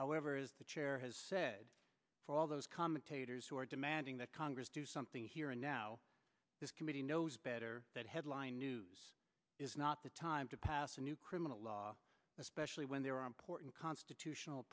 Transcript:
however is the chair has said for all those commentators who are demanding that congress do something here and now this committee knows better that headline news is not the time to pass a new criminal law especially when there are important constitutional